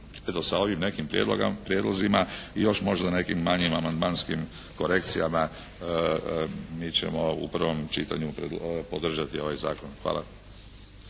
Eto sa ovim nekim prijedlozima i još možda nekim manjim amandmanskim korekcijama mi ćemo u prvom čitanju podržati ovaj zakon. Hvala.